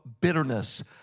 bitterness